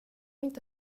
inte